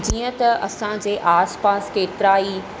जीअं त असांजे आसिपासि केतिरा ई